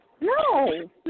No